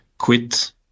quit